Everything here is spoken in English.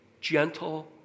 gentle